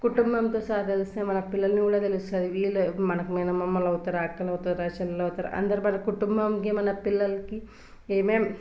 కుటుంబంతో సహ తెలిస్తే మన పిల్లల్ని కూడా తెలుస్తుంది వీళ్ళే మనకు మేనమామలవుతారా అక్కలవుతారా చెల్లెలవుతారా అందరు మన కుటుంబంకి మన పిల్లలకి ఏమేం